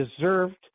deserved